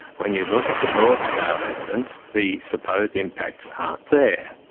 when you look at the broad scale evidence, the supposed impacts aren't there.